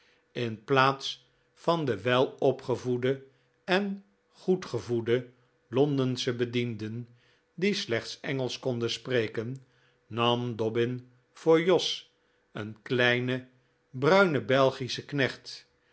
in plaats van de welopgevoede en goedgevoede londensche bedienden die slechts engelsch konden spreken nam dobbin voor jos een kleinen bruinen belgischen knecht